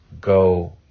Go